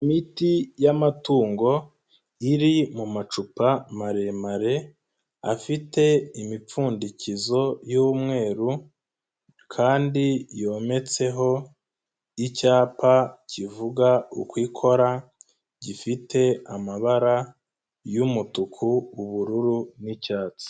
Imiti y'amatungo, iri mu mumacupa maremare afite imipfundikizo y'umweru kandi yometseho icyapa kivuga uko ikora, gifite amabara y'umutuku, ubururu n'icyatsi.